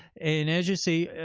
and as you see,